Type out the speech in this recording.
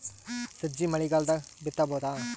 ಸಜ್ಜಿ ಮಳಿಗಾಲ್ ದಾಗ್ ಬಿತಬೋದ?